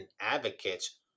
advocates